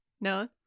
No